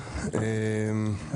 ככל שמעוניינים כולם,